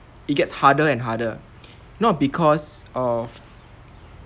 it gets harder and harder not because of